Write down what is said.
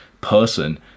person